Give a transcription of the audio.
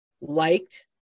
liked